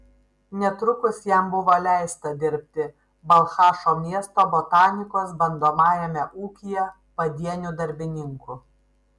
netrukus jam buvo leista dirbti balchašo miesto botanikos bandomajame ūkyje padieniu darbininku